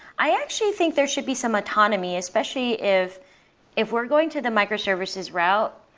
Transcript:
i actually think there should be some autonomy especially if if we're going to the microservices route,